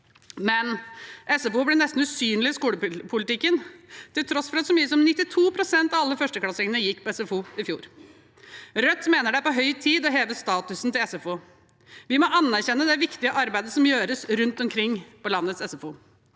Men SFO blir nesten usynlig i skolepolitikken, til tross for at så mye som 92 pst. av alle førsteklassingene gikk på SFO i fjor. Rødt mener det er på høy tid å heve statusen til SFO. Vi må anerkjenne det viktige arbeidet som gjøres rundt omkring på landets SFO-er.